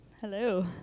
Hello